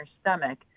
stomach